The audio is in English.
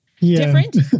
different